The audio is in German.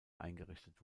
eingerichtet